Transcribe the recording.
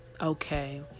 okay